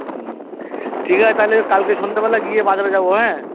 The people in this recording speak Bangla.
হুম ঠিক আছে তাহলে কালকে সন্ধেবেলা গিয়ে বাজারে যাবো হ্যাঁ